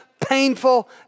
painful